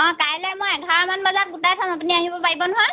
অঁ কালে মই এঘাৰমান বজাত গোটাই থম আপুনি আহিব পাৰিব নহয়